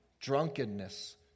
drunkenness